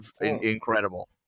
incredible